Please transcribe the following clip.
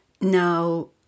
Now